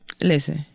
Listen